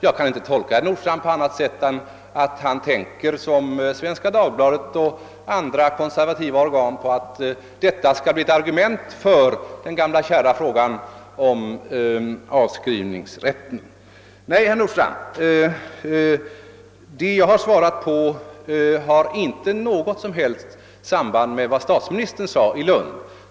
Jag kan inte tolka herr Nordstrandhs fråga på annat sätt än att han i likhet med Svenska Dagbladet och andra konservativa organ tänker att detta skall bli ett argument för det gamla kära förslaget om avskrivningsrätten. Nej, herr Nordstrandh, vad jag har svarat har inte något som helst samband med vad statsministern sade i Lund.